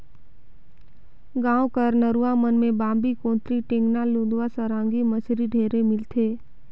गाँव कर नरूवा मन में बांबी, कोतरी, टेंगना, लुदवा, सरांगी मछरी ढेरे मिलथे